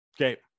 Okay